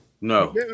no